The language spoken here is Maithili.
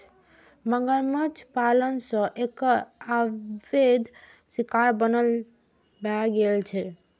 मगरमच्छ पालन सं एकर अवैध शिकार बन्न भए गेल छै